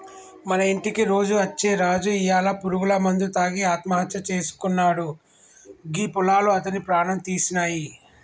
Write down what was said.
మన ఇంటికి రోజు అచ్చే రాజు ఇయ్యాల పురుగుల మందు తాగి ఆత్మహత్య సేసుకున్నాడు గీ పొలాలు అతని ప్రాణం తీసినాయి